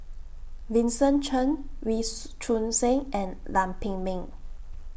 Vincent Cheng Wee Choon Seng and Lam Pin Min